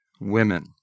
women